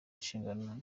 inshingano